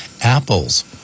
apples